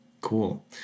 cool